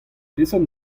peseurt